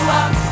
up